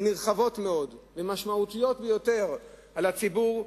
נרחבות מאוד ומשמעותיות ביותר על הציבור,